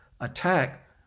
attack